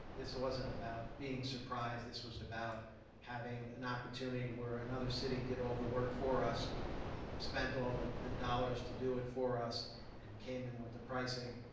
this wasn't about being surprised. this was about having an opportunity where another city did all the work for us and spent all the the dollars to do it for us and came in with the pricing.